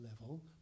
level